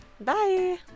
bye